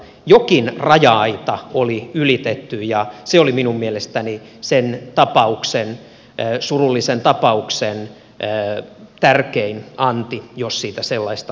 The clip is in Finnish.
jokin raja aita oli ylitetty ja se oli minun mielestäni sen surullisen tapauksen tärkein anti jos siitä sellaista voi löytää